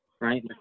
right